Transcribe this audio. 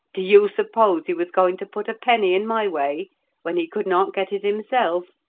do you suppose he was going to put a penny in my way when he could not get it himself?